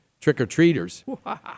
trick-or-treaters